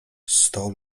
sto